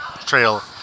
trail